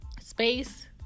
Space